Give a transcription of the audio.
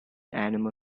animal